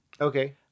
Okay